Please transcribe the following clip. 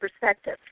perspective